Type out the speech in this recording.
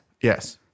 Yes